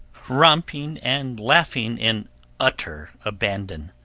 romping and laughing in utter abandon.